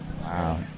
Wow